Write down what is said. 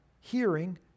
hearing